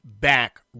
back